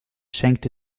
schenkte